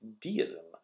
deism